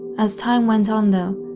as time went on though,